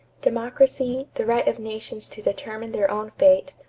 democracy, the right of nations to determine their own fate,